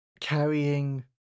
carrying